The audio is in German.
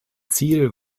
ziel